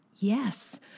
Yes